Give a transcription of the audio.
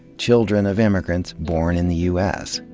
children of immigrants born in the u s.